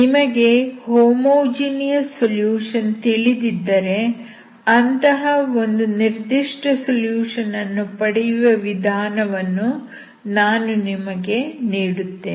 ನಿಮಗೆ homogeneous solution ತಿಳಿದಿದ್ದರೆ ಅಂತಹ ಒಂದು ನಿರ್ದಿಷ್ಟ ಸೊಲ್ಯೂಷನ್ ಅನ್ನು ಪಡೆಯುವ ವಿಧಾನವನ್ನು ನಾನು ನಿಮಗೆ ನೀಡುತ್ತೇನೆ